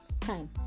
Time